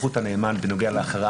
שבסופו של יום הם לא יקבלו את זה מהחברה,